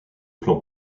plan